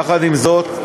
יחד עם זאת,